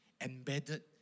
embedded